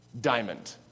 diamond